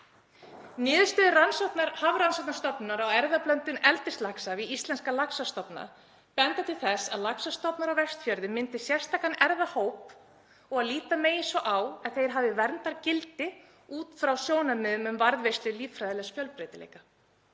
rannsóknar Hafrannsóknastofnunar á erfðablöndun eldislaxa við íslenska laxastofna benda til þess að laxastofnar á Vestfjörðum myndi sérstakan erfðahóp og að líta megi svo á að þeir hafi verndargildi út frá sjónarmiðum um varðveislu líffræðilegs fjölbreytileika.